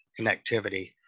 connectivity